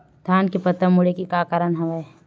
धान के पत्ता मुड़े के का कारण हवय?